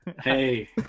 Hey